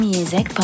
Music